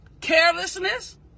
carelessness